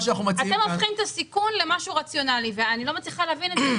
אתם הופכים את הסיכון למשהו רציונלי ואני לא מצליחה להבין את זה.